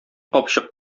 капчык